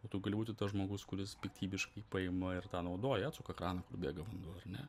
o tu gali būti tas žmogus kuris piktybiškai paima ir tą naudoja atsuka kraną kur bėga vanduo ar ne